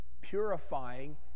purifying